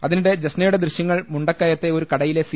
അതിനിടെ ജസ്നയുടെ ദൃശ്യങ്ങൾ മുണ്ടക്കയത്തെ ഒരു കട യിലെ സി